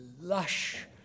lush